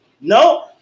no